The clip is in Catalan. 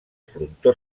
frontó